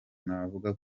navuga